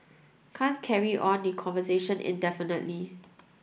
can't carry on the conversation indefinitely